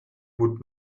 would